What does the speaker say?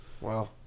Wow